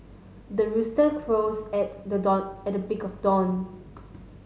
the rooster crows at the dawn at the break of dawn